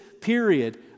period